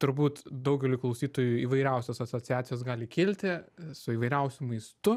turbūt daugeliui klausytojų įvairiausios asociacijos gali kilti su įvairiausiu maistu